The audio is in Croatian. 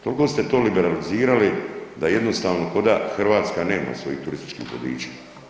Tolko ste to liberalizirali da jednostavno koda Hrvatska nema svojih turističkih vodiča.